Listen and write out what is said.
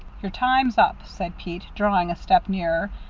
your time's up! said pete, drawing a step nearer.